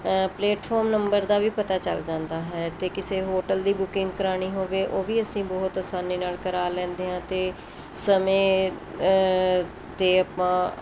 platform number ਦਾ ਵੀ ਪਤਾ ਚੱਲ ਜਾਂਦਾ ਹੈ ਅਤੇ ਕਿਸੇ ਹੋਟਲ ਦੀ ਬੁਕਿੰਗ ਕਰਵਾਉਣੀ ਹੋਵੇ ਉਹ ਵੀ ਅਸੀਂ ਬਹੁਤ ਆਸਾਨੀ ਨਾਲ ਕਰਾ ਲੈਂਦੇ ਹਾਂ ਤੇ ਸਮੇਂ 'ਤੇ ਆਪਾਂ